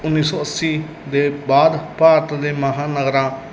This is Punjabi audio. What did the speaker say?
ਉੱਨੀ ਸੌ ਅੱਸੀ ਦੇ ਬਾਅਦ ਭਾਰਤ ਦੇ ਮਹਾਂਨਗਰਾਂ